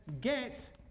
get